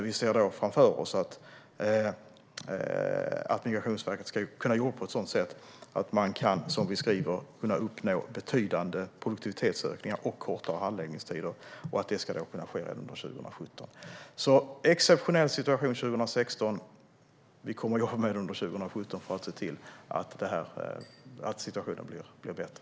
Vi ser framför oss att Migrationsverket ska kunna jobba så att det kan - som vi skriver - "uppnå betydande produktivitetsökningar och kortare handläggningstider". Detta ska kunna ske redan under 2017. Under 2016 har situationen varit exceptionell, men vi kommer att jobba med detta under 2017 för att se till att situationen blir bättre.